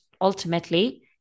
ultimately